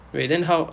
wait then how